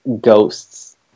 ghosts